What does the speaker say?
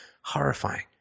Horrifying